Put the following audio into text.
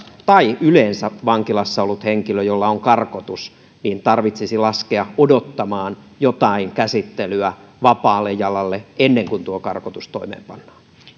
tai yleensä vankilassa ollut henkilö jolla on karkotus tulossa olisi vapautumassa vankilasta ja hänet tarvitsisi laskea odottamaan jotain käsittelyä vapaalle jalalle ennen kuin tuo karkotus toimeenpannaan